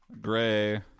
gray